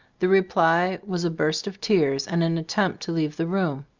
the reply was a burst of tears and an attempt to leave the room.